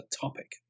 topic